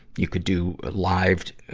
you could do live